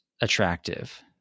attractive